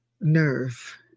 nerve